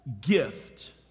gift